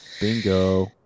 Bingo